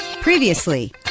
Previously